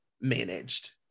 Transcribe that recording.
managed